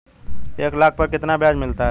एक लाख पर कितना ब्याज मिलता है?